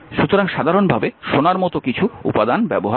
সুতরাং সাধারণভাবে সোনার মতো কিছু উপাদান ব্যবহার করা হয়